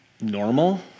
normal